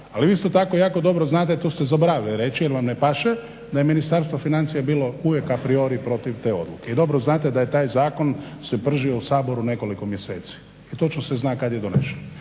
Ali vi isto tako jako dobro znate to ste zaboravili reći jer vam ne paše da je Ministarstvo financija bilo uvijek a priori protiv te odluke i dobro znate da je taj zakon se pržio u Saboru nekoliko mjeseci i točno se zna kad je donesen.